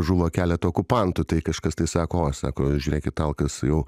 žuvo keletą okupantų tai kažkas tai sako sako žiūrėkit alkas jau